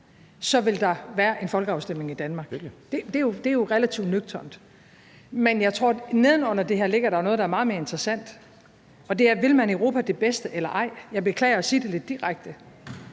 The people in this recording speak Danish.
vil der være en folkeafstemning i Danmark. Det er jo relativt nøgternt. Men jeg tror, at der neden under det her ligger noget, der er meget mere interessant. Vil man Europa det bedste eller ej? Jeg beklager at sige det lidt direkte.